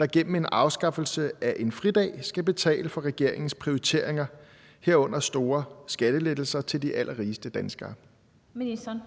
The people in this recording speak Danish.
der gennem afskaffelsen af en fridag skal betale for regeringens prioriteringer, herunder store skattelettelser til de allerrigeste danskere? Den